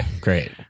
Great